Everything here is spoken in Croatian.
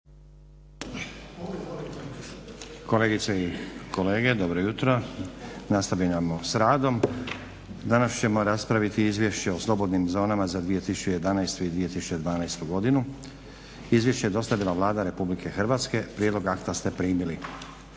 Kolegice i kolege, dobro jutro. Nastavljamo s radom. Danas ćemo raspraviti: - Izvješće o slobodnim zonama za 2011. i 2012.godinu. Izvješće je dostavila Vlada RH. prijedlog akta ste primili.